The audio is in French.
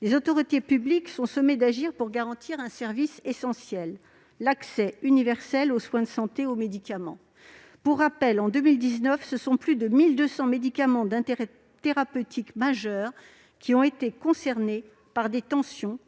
Les autorités publiques sont sommées d'agir pour garantir un service essentiel, à savoir l'accès universel aux soins de santé et aux médicaments. Pour rappel, en 2019, ce sont plus de 1 200 médicaments d'intérêt thérapeutique majeur qui ont été concernés par des tensions